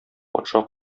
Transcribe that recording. патша